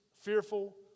fearful